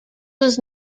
was